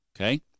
Okay